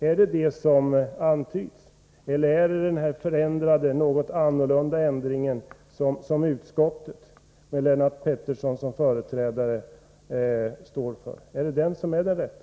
Är det vad som antyds, eller är det denna något annorlunda ändring som utskottet, med Lennart Pettersson som företrädare, står för som är den rätta?